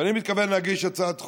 ואני מתכוון להגיש הצעת חוק,